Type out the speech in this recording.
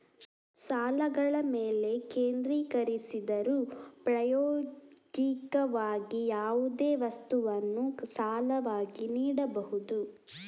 ಸಾಲಗಳ ಮೇಲೆ ಕೇಂದ್ರೀಕರಿಸಿದರೂ, ಪ್ರಾಯೋಗಿಕವಾಗಿ, ಯಾವುದೇ ವಸ್ತುವನ್ನು ಸಾಲವಾಗಿ ನೀಡಬಹುದು